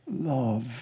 Love